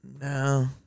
No